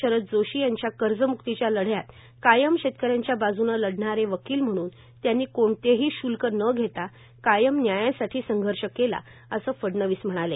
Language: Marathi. शरद जोशी यांच्या कर्ज म्क्तीच्या लढ्यात कायम शेतक यांच्या बाजूने लढणारे वकील म्हणून त्यानी कोणतेही शुल्क न घेता कायम न्यायासाठी संघर्ष केला असे फडणवीस म्हणाले